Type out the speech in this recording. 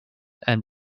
and